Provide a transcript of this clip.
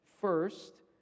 first